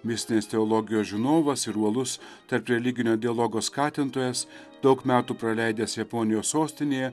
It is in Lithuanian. mistinės teologijos žinovas ir uolus tarp religinio dialogo skatintojas daug metų praleidęs japonijos sostinėje